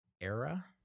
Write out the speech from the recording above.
era